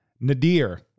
Nadir